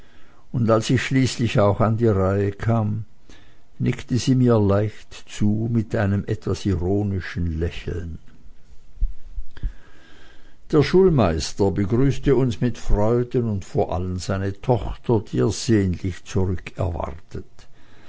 und als ich schließlich auch an die reihe kam nickte sie mir leicht zu mit einem etwas ironischen lächeln der schulmeister begrüßte uns mit freuden und vor allen seine tochter die er sehnlich